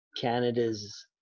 Canada's